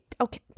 okay